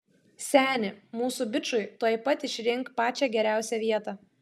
seni mūsų bičui tuoj pat išrink pačią geriausią vietą